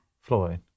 Floyd